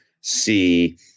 see